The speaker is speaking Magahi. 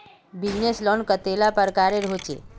बिजनेस लोन कतेला प्रकारेर होचे?